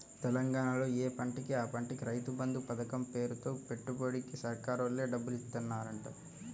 తెలంగాణాలో యే పంటకి ఆ పంటకి రైతు బంధు పతకం పేరుతో పెట్టుబడికి సర్కారోల్లే డబ్బులిత్తన్నారంట